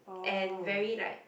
and very like